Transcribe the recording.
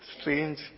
strange